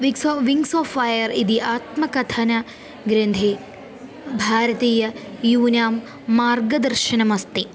wings आ wings of fire इति आत्मकथनग्रन्थे भारतीय यूनां मार्गदर्शनमस्ति